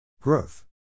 Growth